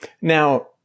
Now